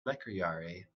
lekrjahre